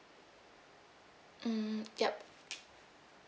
mm ya